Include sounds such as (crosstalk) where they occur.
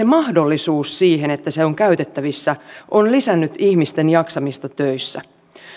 (unintelligible) mahdollisuus siihen että se on käytettävissä on lisännyt ihmisten jaksamista töissä